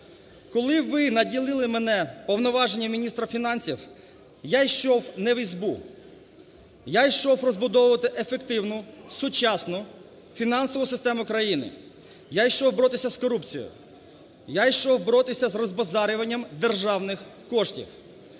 Коли ви наділили мене повноваженнями міністра фінансів, я йшов не в избу - я йшов розбудовувати ефективну, сучасну фінансову систему країни, я йшов боротися з корупцією, я йшов боротися з розбазарюванням державних коштів,